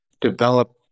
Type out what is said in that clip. develop